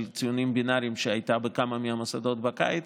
ציונים בינאריים שהייתה בכמה מהמוסדות בקיץ,